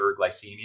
hyperglycemia